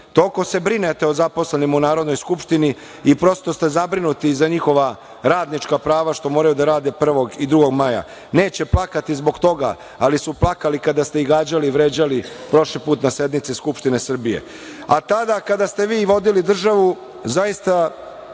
Toliko se brinete o zaposlenima u Narodnoj skupštini i prosto ste zabrinuti za njihova radnička prava, što moraju da rade 1. i 2. maja. Neće plakati zbog toga, ali su plakali kada ste ih gađali i vređali prošli put na sednici Skupštine Srbije. Tada kada ste vi vodili državu zaista